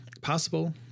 possible